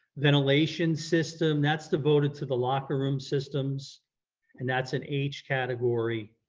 ventilation system, that's devoted to the locker room systems and that's an h category,